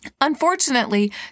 Unfortunately